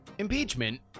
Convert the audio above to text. Impeachment